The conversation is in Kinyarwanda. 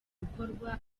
gukorwa